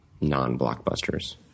Non-blockbusters